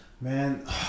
man